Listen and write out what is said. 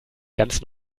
ganz